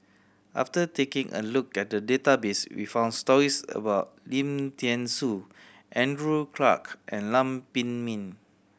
after taking a look at the database we found stories about Lim Thean Soo Andrew Clarke and Lam Pin Min